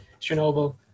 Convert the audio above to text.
Chernobyl